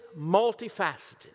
multifaceted